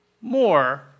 more